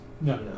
No